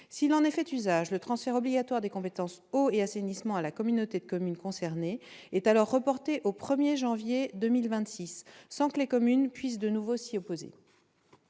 S'il en est fait usage, le transfert obligatoire des compétences « eau » et « assainissement » à la communauté de communes concernée est alors reporté au 1 janvier 2026, sans que les communes puissent de nouveau s'y opposer.